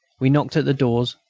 we knocked at the doors,